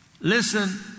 Listen